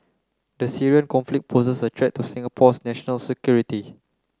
the Syrian conflict poses a threat to Singapore's national security